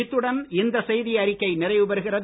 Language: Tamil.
இத்துடன் இந்த செய்தியறிக்கை நிறைவுபெறுகிறது